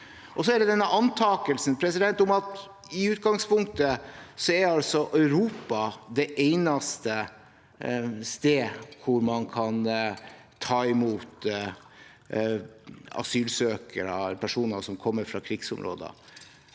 Så til denne antakelsen om at Europa i utgangspunktet er det eneste sted der man kan ta imot asylsøkere eller personer som kommer fra krigsområder.